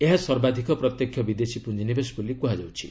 ଏହା ସର୍ବାଧିକ ପ୍ରତ୍ୟକ୍ଷ ବିଦେଶୀ ପୁଞ୍ଜିନିବେଶ ବୋଲି କୁହାଯାଉଛି